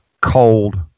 cold